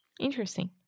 Interesting